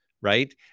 right